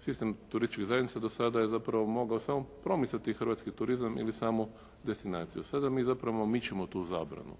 sistem turističkih zajednica do sada je zapravo samo mogao promicati hrvatski turizam ili samu destinaciju a sada mi zapravo mičemo tu zabranu.